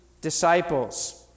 disciples